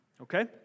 okay